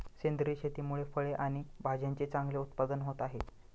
सेंद्रिय शेतीमुळे फळे आणि भाज्यांचे चांगले उत्पादन होत आहे